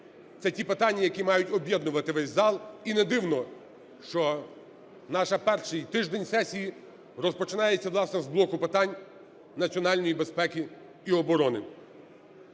це ті питання, які мають об'єднувати весь зал. І не дивно, що наш перший тиждень сесії розпочинається, власне, з блоку питань національної безпеки і оборони.